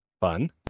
Fun